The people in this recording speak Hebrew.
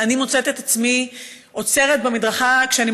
אני מוצאת את עצמי עוצרת במדרכה כשאני